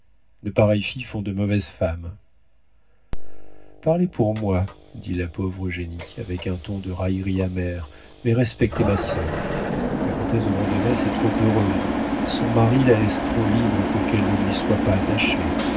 de pareilles filles font de mauvaises femmes parlez pour moi dit la pauvre eugénie avec un ton de raillerie amère mais respectez ma sœur la comtesse de vandenesse est trop heureuse son mari la laisse trop libre pour qu'elle ne lui soit pas attachée